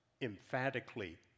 Emphatically